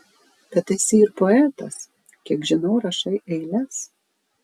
bet esi ir poetas kiek žinau rašai eiles